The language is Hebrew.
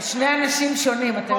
הם שני אנשים שונים, אתה יודע.